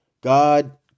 God